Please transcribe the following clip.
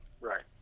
Right